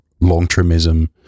long-termism